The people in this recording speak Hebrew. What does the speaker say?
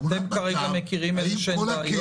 אתם כרגע מכירים איזשהן בעיות?